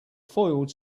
foiled